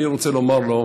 ואני רוצה לומר לו: